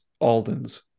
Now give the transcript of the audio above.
Aldens